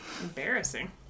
Embarrassing